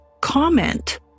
comment